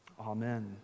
Amen